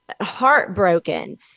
heartbroken